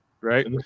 right